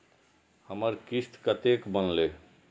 हमर किस्त कतैक बनले?